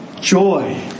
Joy